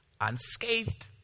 unscathed